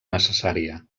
necessària